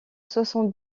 soixante